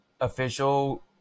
official